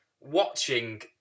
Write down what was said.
watching